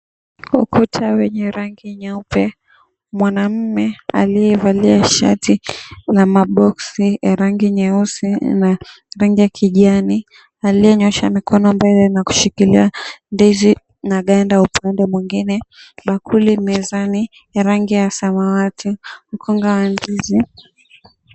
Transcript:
Ukuta wenye rangi nyeupe, mwanaume aliyevalia shati na maboksi ya rangi nyeusi na rangi ya kijani, aliyenyoosha mbele na kushikilia ndizi na ganda upande mwingine. Bakuli mezani ya rangi ya samawati, mkunga wa ndizi.